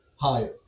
higher